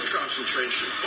concentration